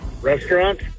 Restaurant